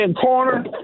corner